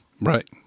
Right